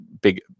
big